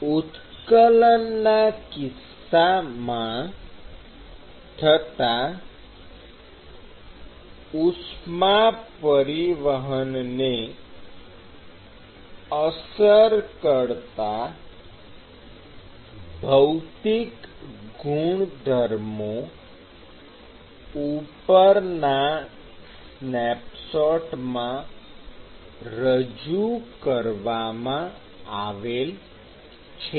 ઉત્કલનના કિસ્સામાં થતાં ઉષ્મા પરિવહનને અસર કરતાં ભૌતિક ગુણધર્મો ઉપરના સ્નેપશોટમાં રજૂ કરવામાં આવેલ છે